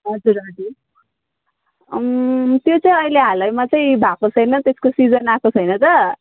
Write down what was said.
हजुर हजुर त्यो चाहिँ अहिले हालैमा चाहिँ भएको छैन त्यसको सिजन आएको छैन त